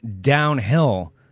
downhill